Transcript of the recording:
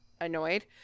annoyed